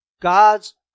God's